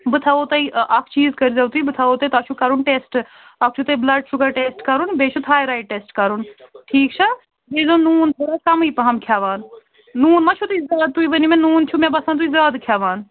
بہٕ تھاوہو تۄہہِ اکھ چیٖز کٔرۍزیٚو تُہۍ بہٕ تھاوہو تۄہہِ چھُو کرُن ٹیسٹہٕ اکھ چھُو تۄہہِ بلڈ شُگر ٹٮ۪سٹہِ کرُن بیٚیہِ چھُو تھایرایِڈ ٹیسٹہٕ کرُن ٹھیٖک چھا بیٚیہِ ٲۍزیٚو نوٗن تھوڑا کمٕے پہم کھٮ۪وان نوٗن ما چھِو تُہۍ زیادٕ تُہۍ ؤنِو مےٚ نوٗن چھُ مےٚ باسان تُہۍ زیادٕ کھٮ۪وان